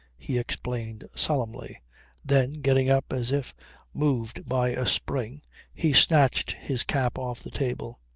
he explained solemnly then getting up as if moved by a spring he snatched his cap off the table.